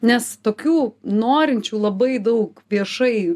nes tokių norinčių labai daug viešai